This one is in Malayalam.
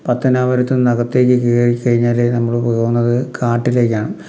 പത്തനാപുരത്തുന്ന് അകത്തേക്ക് കയറി കഴിഞ്ഞാൽ നമ്മൾ പോകുന്നത് കാട്ടിലേക്കാണ്